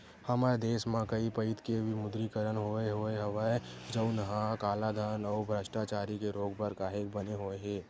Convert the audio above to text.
हमर देस म कइ पइत के विमुद्रीकरन होय होय हवय जउनहा कालाधन अउ भस्टाचारी के रोक बर काहेक बने होय हे